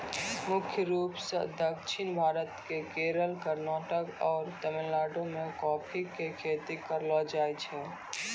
मुख्य रूप सॅ दक्षिण भारत के केरल, कर्णाटक आरो तमिलनाडु मॅ कॉफी के खेती करलो जाय छै